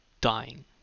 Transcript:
dying